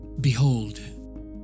Behold